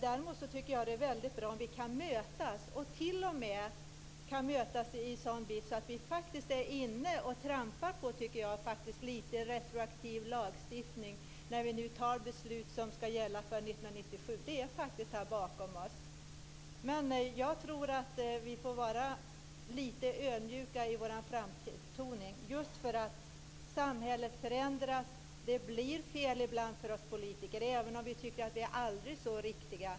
Däremot tycker jag att det är väldigt bra om vi kan mötas, att vi t.o.m. kan mötas på ett sådant sätt att vi faktiskt, tycker jag, är inne och trampar lite grann på retroaktiv lagstiftning. Vi fattar ju nu beslut som skall gälla för 1997. Det är faktiskt bakom oss. Jag tror att vi får vara lite ödmjuka i vår framtoning just för att samhället förändras. Det blir fel ibland för oss politiker även om vi tycker att vi har aldrig så rätt.